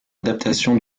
adaptation